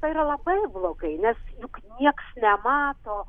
tai yra labai blogai nes juk nieks nemato